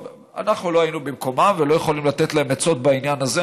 אנחנו לא היינו במקומם ולא יכולים לתת להם עצות בעניין הזה.